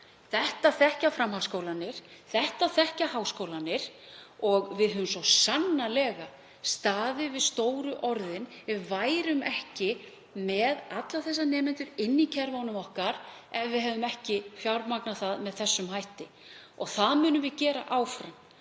Þetta þekkja framhaldsskólarnir. Þetta þekkja háskólarnir og við höfum svo sannarlega staðið við stóru orðin. Við værum ekki með alla þessa nemendur í kerfunum okkar ef við hefðum ekki fjármagnað það með þessum hætti. Það munum við gera áfram.